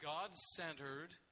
God-centered